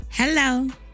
Hello